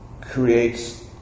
creates